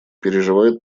переживают